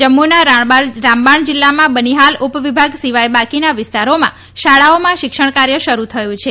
જમ્મુના રામબાણ જિલ્લામાં બનીહાલ ઉપવિભાગ સિવાય બાકીના વિસ્તારોમાં શાળાઓમાં શિક્ષણ કાર્ય શરૂ થયું છે